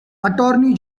attorney